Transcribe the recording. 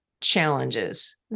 challenges